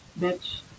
bitch